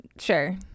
sure